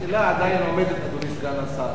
סליחה, אני הייתי, בתור סגן השר.